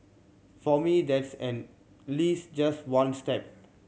for me that's at least just one step